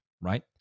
right